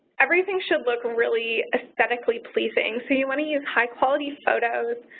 everything should look really aesthetically pleasing. so you want to use high-quality photos,